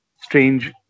strange